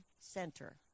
Center